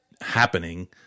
happening